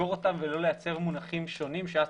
לסגור אותם ולא לייצר מונחים שונים כי אז